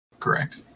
Correct